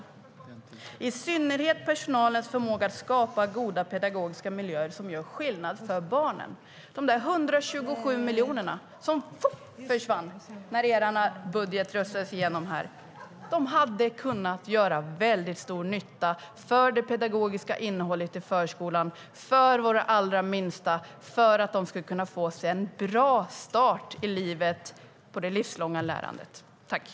Det gäller i synnerhet personalens förmåga att skapa goda pedagogiska miljöer som gör skillnad för barnen.